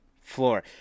floor